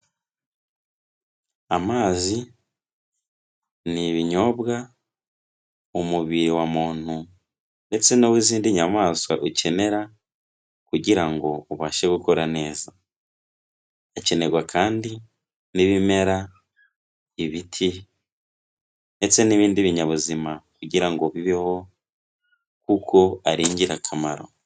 Amazi ni ibinyobwa umubiri wa muntu ndetse n'uw'izindi nyamaswa ukenera kugira ngo ubashe gukora neza. Akenerwa kandi n'ibimera, ibiti ndetse n'ibindi binyabuzima kugira ngo bibeho kuko ari ingirakamaro.